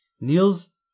Niels